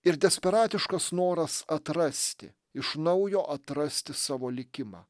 ir desperatiškas noras atrasti iš naujo atrasti savo likimą